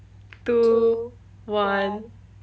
two one